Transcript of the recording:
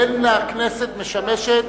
אין הכנסת משמשת